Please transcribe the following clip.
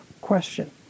question